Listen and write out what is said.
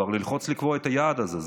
ללחוץ לקבוע את היעד הזה.